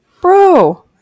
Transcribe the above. Bro